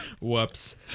Whoops